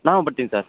ನಾನು ಬರ್ತೀನಿ ಸರ್